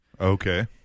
Okay